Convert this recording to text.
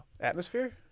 Atmosphere